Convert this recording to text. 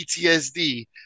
PTSD